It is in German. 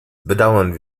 bedauern